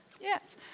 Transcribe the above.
Yes